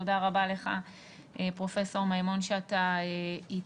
תודה רבה לך פרופ' מימון שאתה איתנו.